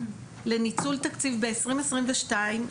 לניצול תקציב ב-2022,